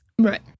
Right